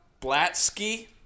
Blatsky